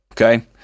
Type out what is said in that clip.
Okay